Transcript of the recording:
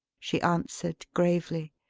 she answered, gravely.